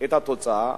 את התוצאה,